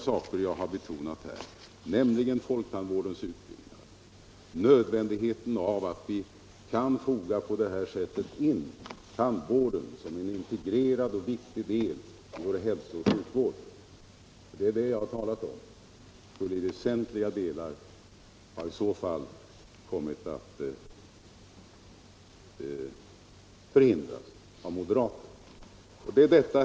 Jag har här betonat väsentliga saker, nämligen folktandvårdens utbyggnad och nödvändigheten av att tandvården på detta sätt blir en viktig integrerad del av vår hälsooch sjukvård. Om vi hade gjort som moderaterna velat skulle detta i väsentliga delar ha förhindrats.